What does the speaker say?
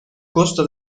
costa